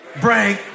break